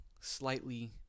slightly